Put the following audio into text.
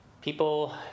people